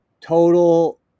Total